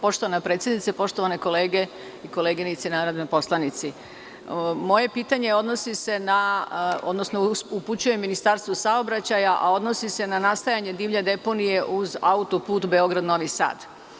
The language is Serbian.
Poštovana predsednice, poštovane kolege i koleginice narodni poslanici, moje pitanje upućujem Ministarstvu saobraćaja, a odnosi se na nastajanje divlje deponije uz autoput Beograd-Novi Sad.